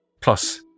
Plus